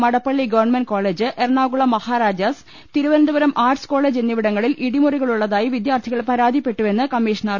Madappally government college Ernakulam Maharajas Thiruvananthapuram arts college എന്നിവടിങ്ങളിൽ ഇടിമുറികളുള്ളതായി വിദ്യാർത്ഥികൾ പരാതി പ്പെട്ടുവെന്ന് കമ്മീഷൻ അറിയിച്ചു